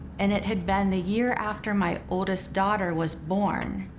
and it had been the year after my oldest daughter was born.